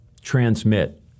transmit